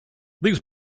these